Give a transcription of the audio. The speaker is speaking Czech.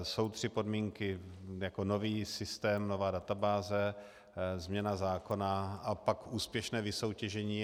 Jsou tři podmínky nový systém, nová databáze, změna zákona a pak úspěšné vysoutěžení.